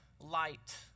light